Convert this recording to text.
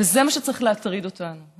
וזה מה שצריך להטריד אותנו.